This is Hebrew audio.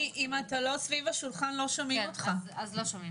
אם אפשר סך כל פעילות בתי החולים ולא בית חולים ספציפי.